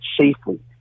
safely